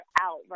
out